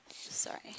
Sorry